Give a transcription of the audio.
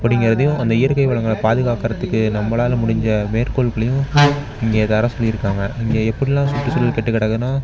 அப்படிங்கிறதையும் அந்த இயற்கை வளங்களை பாதுகாக்கிறத்துக்கு நம்மளால் முடிஞ்ச மேற்கோள்களையும் இங்கே தர சொல்லியிருக்காங்க இங்கே எப்படிலாம் சுற்றுச்சூழல் கெட்டுக் கிடக்குனா